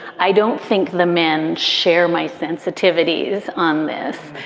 i don't think the men share my sensitivities on this.